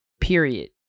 period